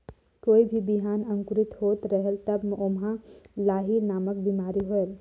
कोई भी बिहान अंकुरित होत रेहेल तब ओमा लाही नामक बिमारी होयल?